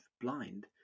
blind